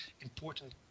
important